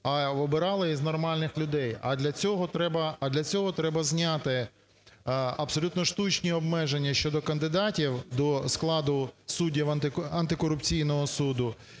А для цього треба зняти абсолютно штучні обмеження щодо кандидатів до складу суддів антикорупційного суду